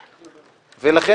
לכן,